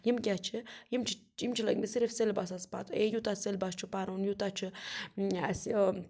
یِم کیٛاہ چھِ یِم چھِ یِم چھِ لٔگۍ مٕتۍ صرف سٮ۪لبَسَس پَتہٕ اے یوٗتاہ سٮ۪لبَس چھُ پَرُن یوٗتاہ چھُ اَسہِ